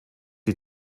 sie